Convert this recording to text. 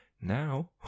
Now